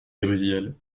gabrielle